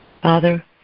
Father